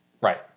Right